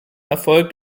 erfolgt